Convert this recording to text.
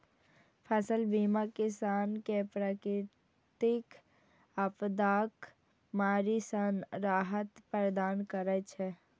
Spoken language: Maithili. फसल बीमा किसान कें प्राकृतिक आपादाक मारि सं राहत प्रदान करै छै